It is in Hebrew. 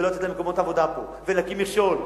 ולא לתת להם מקומות עבודה פה, ולהקים מכשול,